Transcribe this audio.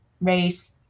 race